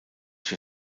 für